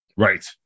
Right